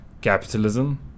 capitalism